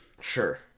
Sure